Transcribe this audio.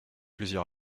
plaisir